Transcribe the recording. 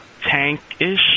tank-ish